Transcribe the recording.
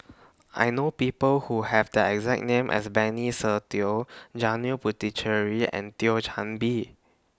I know People Who Have The exact name as Benny Se Teo Janil Puthucheary and Thio Chan Bee